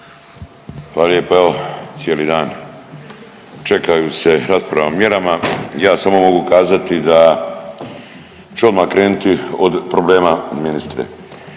Hvala lijepa. Evo cijeli dan čekajuć se rasprava o mjerama, ja samo mogu kazati da ću odmah krenuti od problema ministre.